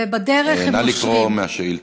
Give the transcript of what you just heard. ובדרך נושרים, נא לקרוא מהשאילתה.